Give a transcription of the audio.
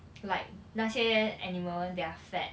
like 那些 animal they're fed